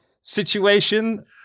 situation